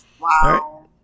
Wow